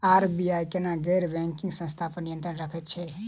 RBI केना गैर banking संस्था पर नियत्रंण राखैत छैक?